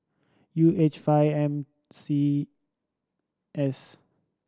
U H five M C S